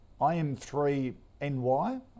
im3ny